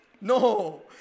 No